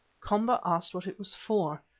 komba asked what it was for.